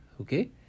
okay